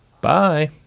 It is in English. Bye